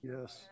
Yes